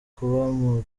kuba